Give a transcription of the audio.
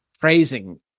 praising